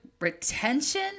retention